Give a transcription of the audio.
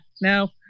No